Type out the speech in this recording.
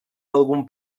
algun